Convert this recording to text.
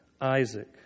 Isaac